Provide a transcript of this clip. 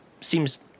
seems